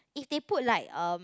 if they put like um